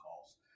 calls